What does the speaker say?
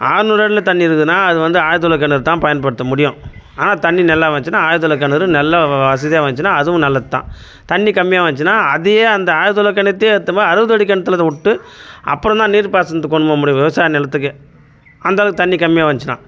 ஆறுநூறு அடியில் தண்ணி இருக்குதுன்னால் அது வந்து ஆழ்துளைக்கிணறுதான் பயன்படுத்த முடியும் ஆனால் தண்ணி நல்லா வந்துச்சுன்னா ஆழ்துளைக்கிணறு நல்லா வசதியாக வந்துச்சுன்னா அதுவும் நல்லதுதான் தண்ணி கம்மியாக வந்துச்சுன்னா அதையே அந்த ஆழ்துளைக்கிணத்தையே எடுத்துப்போம் அறுபது அடி கிணத்துல அதை விட்டு அப்புறந்தான் நீர்ப்பாசனத்துக்கு கொண்டு போக முடியும் விவசாய நிலத்துக்கே அந்த அளவுக்கு தண்ணி கம்மியாக வந்துச்சுன்னா